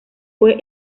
fue